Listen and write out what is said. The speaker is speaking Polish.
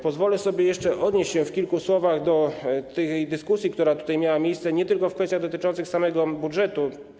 Pozwolę sobie jeszcze odnieść się w kilku słowach do dyskusji, która tutaj miała miejsce, nie tylko w kwestiach dotyczących samego budżetu.